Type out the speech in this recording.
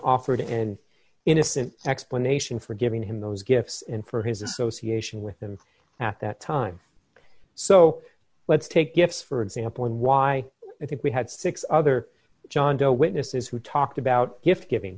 offered an innocent explanation for giving him those gifts and for his association with him at that time so let's take gifts for example and why i think we had six other john doe witnesses who talked about gift giving